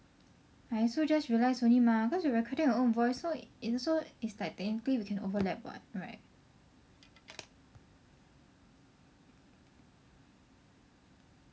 I also just realised only mah cause we recording our own voice so it's also like technically we can overlap what right